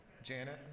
Janet